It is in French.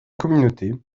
communauté